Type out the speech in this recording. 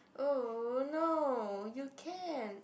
oh no you can